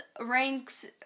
ranks